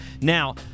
now